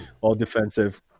all-defensive